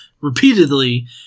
repeatedly